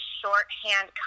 shorthand